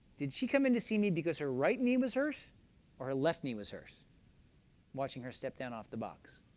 did she come in to see me because her right knee was hurt or her left knee was hurt? i'm watching her step down off the box.